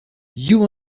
you